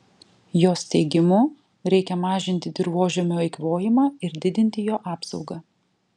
jos teigimu reikia mažinti dirvožemio eikvojimą ir didinti jo apsaugą